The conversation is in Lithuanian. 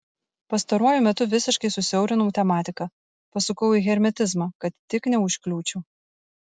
pastaruoju metu visiškai susiaurinau tematiką pasukau į hermetizmą kad tik neužkliūčiau